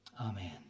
Amen